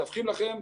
מדווחים לכם.